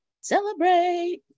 Celebrate